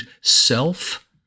self